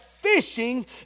fishing